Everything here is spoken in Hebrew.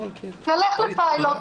נלך לפיילוט,